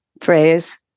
phrase